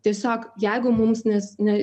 tiesiog jeigu mums nes ne